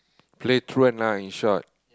play truant lah in short